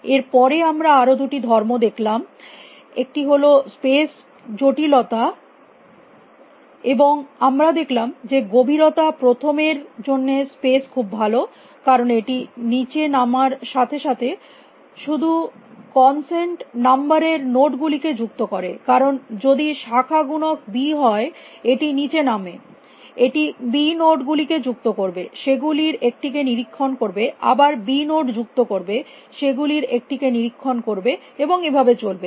এর পরে আমরা আরো দুটি ধর্ম দেখলাম একটি হল স্পেস জটিলতা এবং আমরা দেখলাম যে গভীরতা প্রথম এর জন্য স্পেস খুব ভালো কারণ এটি নীচে নামার সাথে সাথে শুধুমাত্র কনসেন্ট নাম্বার এর নোড গুলিকে যুক্ত করে কারণ যদি শাখা গুণক b হয় এটি নিচে নামে এটি b নোড গুলিকে যুক্ত করবে সেগুলির একটি কে নিরীক্ষণ করবে আবার b নোড নোড যুক্ত করবে সেগুলির একটি কে নিরীক্ষণ করবে এবং এভাবে চলবে